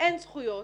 אין זכויות,